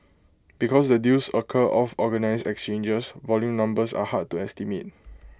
because the deals occur off organised exchanges volume numbers are hard to estimate